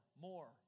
more